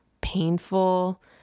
painful